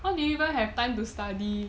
how do you even have time to study